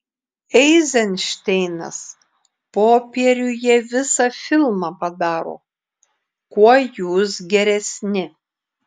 eizenšteinas popieriuje visą filmą padaro kuo jūs geresni